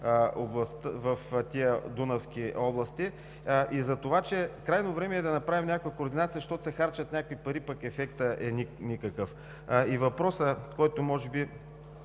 в тези дунавски области и затова, че е крайно време да направим някаква координация, защото се харчат някакви пари, а пък ефектът е никакъв. Въпросът може би